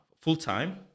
full-time